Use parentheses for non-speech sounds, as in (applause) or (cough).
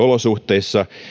(unintelligible) olosuhteissa